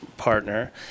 partner